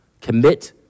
commit